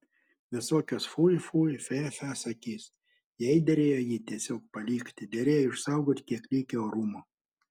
visokios fui fui fe fe sakys jai derėjo jį tiesiog palikti derėjo išsaugoti kiek likę orumo